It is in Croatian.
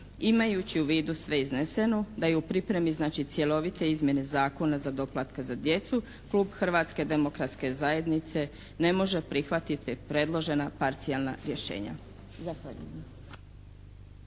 Imajući u vidu sve izneseno da je u pripremi znači cjelovite izmjene Zakona za doplatak za djecu klub Hrvatske demokratske zajednice ne može prihvatiti predložena parcijalna rješenja.